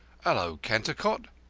hallo, cantercot!